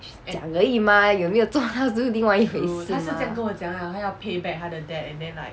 讲而已 mah 有没有做到是另一回事 mah